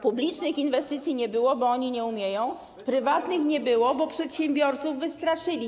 Publicznych inwestycji nie było, bo tego nie umiecie, prywatnych nie było, bo przedsiębiorców wystraszyliście.